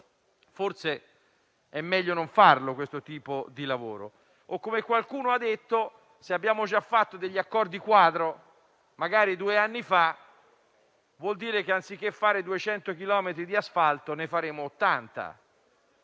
forse sarà meglio non eseguirli. Come qualcuno ha detto, se abbiamo già fatto degli accordi quadro, magari due anni fa, vuol dire che, anziché fare 200 chilometri di asfalto, ne realizzeremo 80.